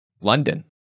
London